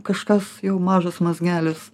kažkas jau mažas mazgelis